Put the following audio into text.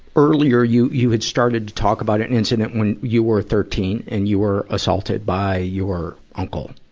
earlier, you, you had started to talk about an incident when you were thirteen, and you were assaulted by your uncle.